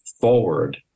forward